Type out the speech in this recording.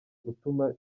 gutuma